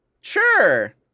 Sure